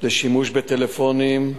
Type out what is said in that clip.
שימוש בטלפונים,